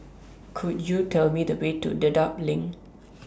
Could YOU Tell Me The Way to Dedap LINK